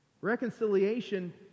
Reconciliation